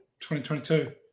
2022